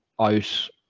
out